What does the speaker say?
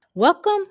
Welcome